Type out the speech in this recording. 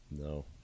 No